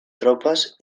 tropes